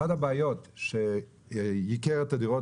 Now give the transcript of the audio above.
אחת הבעיות שגרמו לייקור הדירות